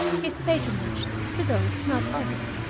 his patronage to those not of it.